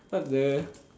what the